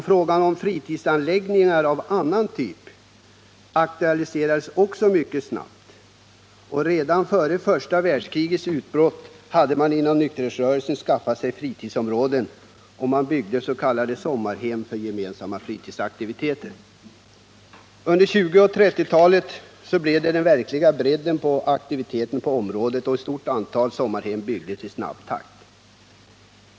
Frågan om fritidsanläggningar av annan typ aktualiserades också mycket snabbt, och redan före första världskrigets utbrott hade man inom nykterhetsrörelsen skaffat sig fritidsområden och byggde s.k. sommarhem för gemensamma fritidsaktiviteter. Under 1920 och 1930-talen var det en verkligt bred aktivitet på området, och ett stort antal sommarhem byggdes i snabb takt.